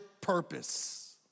purpose